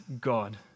God